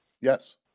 Yes